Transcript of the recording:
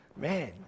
man